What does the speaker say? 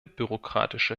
bürokratische